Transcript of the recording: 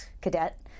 cadet